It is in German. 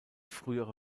frühere